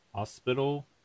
Hospital